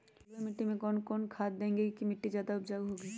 बलुई मिट्टी में कौन कौन से खाद देगें की मिट्टी ज्यादा उपजाऊ होगी?